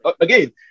again